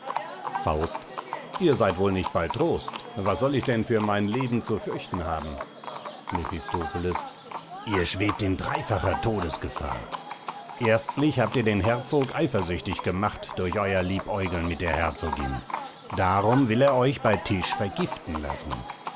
faust ihr seid wohl nicht bei trost was sollt ich denn für mein leben zu fürchten haben mephistopheles ihr schwebt in dreifacher todesgefahr erstlich habt ihr den herzog eifersüchtig gemacht durch euer liebäugeln mit der herzogin darum will er euch bei tisch vergiften laßen